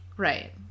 Right